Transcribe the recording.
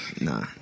nah